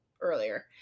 earlier